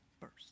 first